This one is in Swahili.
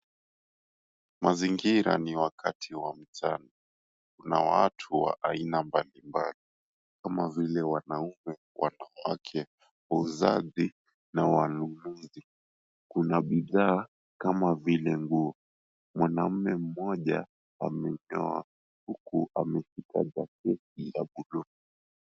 Mazingira ni wakati wa mchana. Kuna watu wa aina mbali mbali kama vile wanaume, wanawake, wauzaji na wananunuzi. Kuna bidhaa kama vile nguo. Mwanaume mmoja amenyoa huku ameshika shati la buluu.